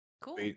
cool